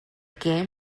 game